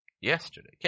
Yesterday